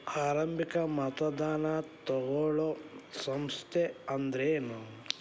ಆರಂಭಿಕ್ ಮತದಾನಾ ತಗೋಳೋ ಸಂಸ್ಥಾ ಅಂದ್ರೇನು?